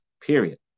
period